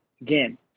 Again